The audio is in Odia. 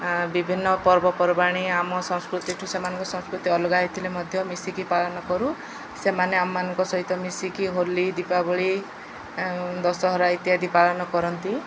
ବିଭିନ୍ନ ପର୍ବପର୍ବାଣି ଆମ ସଂସ୍କୃତିଠୁ ସେମାନଙ୍କ ସଂସ୍କୃତି ଅଲଗା ହେଇଥିଲେ ମଧ୍ୟ ମିଶିକି ପାଳନ କରୁ ସେମାନେ ଆମମାନଙ୍କ ସହିତ ମିଶିକି ହୋଲି ଦୀପାବଳି ଦଶହରା ଇତ୍ୟାଦି ପାଳନ କରନ୍ତି